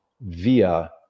via